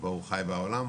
הוא חי בעולם,